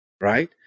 right